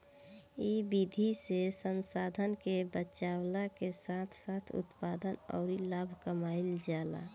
इ विधि से संसाधन के बचावला के साथ साथ उत्पादन अउरी लाभ कमाईल जाला